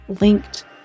linked